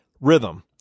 Rhythm